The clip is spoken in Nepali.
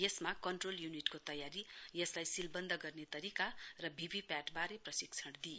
यसमा कन्ट्रोल युनिटको तयारी यसलाई सीलबन्द गर्ने तरीका र भीभीपीएटी बारे प्रशिक्षण दिइयो